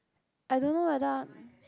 I don't know whether